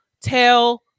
tell